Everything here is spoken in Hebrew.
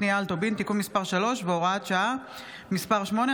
קנייה על טובין (תיקון מס' 3 והוראת שעה מס' 8),